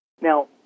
Now